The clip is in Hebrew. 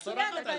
את צורחת עליה.